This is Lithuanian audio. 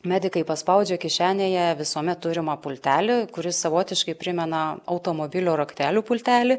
medikai paspaudžia kišenėje visuomet turimą pultelį kuris savotiškai primena automobilio raktelių pultelį